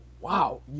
wow